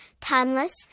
timeless